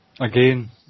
again